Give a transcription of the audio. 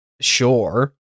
sure